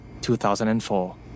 2004